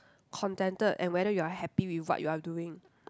contented and whether you are happy with what you're doing